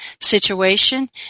situation